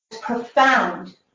profound